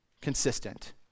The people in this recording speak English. consistent